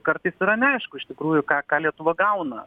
kartais yra neaišku iš tikrųjų ką ką lietuva gauna